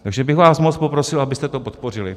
Takže bych vás moc poprosil, abyste to podpořili.